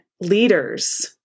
leaders